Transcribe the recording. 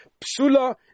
Psula